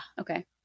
okay